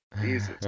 Jesus